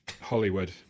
Hollywood